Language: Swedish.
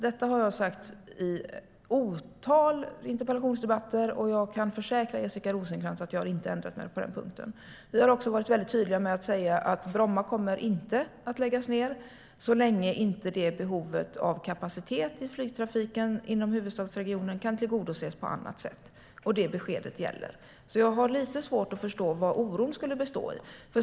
Detta har jag sagt i ett otal interpellationsdebatter. Jag kan försäkra Jessica Rosencrantz om att jag inte har ändrat mig på den punkten. Vi har också varit tydliga med att säga att Bromma inte kommer att läggas ned så länge behovet av kapacitet i flygtrafiken inom huvudstadsregionen inte kan tillgodoses på annat sätt. Och det beskedet gäller. Jag har lite svårt att förstå vad oron skulle bestå i.